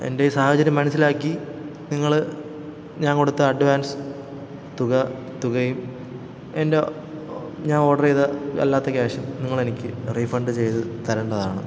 എൻ്റെ സാഹചര്യം മനസ്സിലാക്കി നിങ്ങൾ ഞാൻ കൊടുത്ത അഡ്വാൻസ് തുക തുകയും എൻ്റെ ഞാനോഡർ ചെയ്ത അല്ലാത്ത ക്യാഷും നിങ്ങളെനിക്ക് റീഫണ്ട് ചെയ്തു തരേണ്ടതാണ്